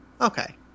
Okay